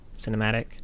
cinematic